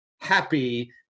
happy